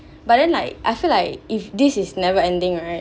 but then like I feel like if this is never ending right